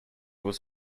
was